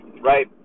right